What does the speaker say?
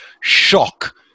shock